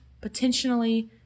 potentially